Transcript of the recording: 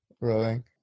Rowing